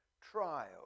trial